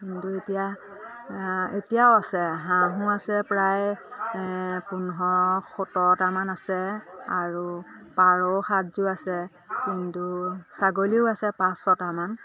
কিন্তু এতিয়া এতিয়াও আছে হাঁহো আছে প্ৰায় পোন্ধৰ সোতৰটামান আছে আৰু পাৰও সাতযোৰ আছে কিন্তু ছাগলীও আছে পাঁচ ছটামান